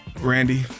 Randy